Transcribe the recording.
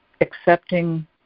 accepting